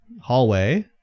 hallway